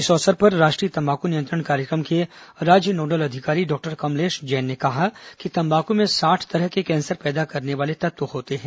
इस अवसर पर राष्ट्रीय तम्बाकू नियंत्रण कार्यक्रम के राज्य नोडल अधिकारी डॉक्टर कमलेश जैन ने कहा कि तम्बाकू में साठ तरह के कैंसर पैदा करने वाले तत्व होते हैं